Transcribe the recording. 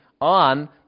on